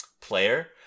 player